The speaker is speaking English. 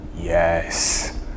Yes